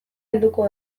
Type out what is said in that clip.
helduko